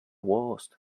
worst